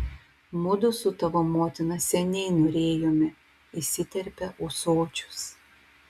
mudu su tavo motina seniai norėjome įsiterpia ūsočius